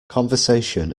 conversation